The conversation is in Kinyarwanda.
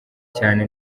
cyane